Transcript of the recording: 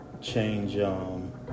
change